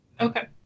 okay